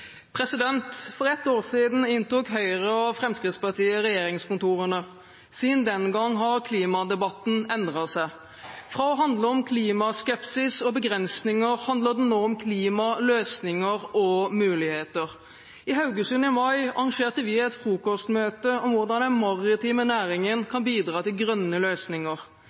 Fremskrittspartiet regjeringskontorene. Siden den gang har klimadebatten endret seg. Fra å handle om klimaskepsis og begrensninger handler den nå om klimaløsninger og muligheter. I Haugesund i mai arrangerte vi et frokostmøte om hvordan den maritime næringen kan bidra til grønne løsninger.